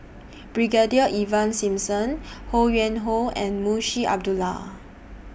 Brigadier Ivan Simson Ho Yuen Hoe and Munshi Abdullah